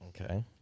Okay